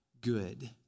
good